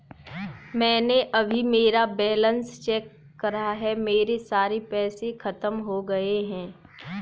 मैंने अभी मेरा बैलन्स चेक करा है, मेरे सारे पैसे खत्म हो गए हैं